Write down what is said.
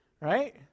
right